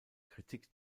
kritik